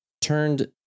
turned